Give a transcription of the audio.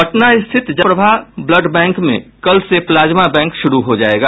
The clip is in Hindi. पटना स्थित जयप्रभा ब्लड बैंक में कल से प्लाज्मा बैंक शुरू हो जायेगा